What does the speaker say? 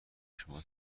شما